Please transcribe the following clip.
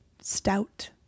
stout